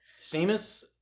Seamus